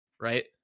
Right